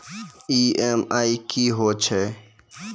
EMI कि होय छै?